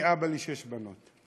שאני אבא לשש בנות.